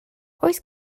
oes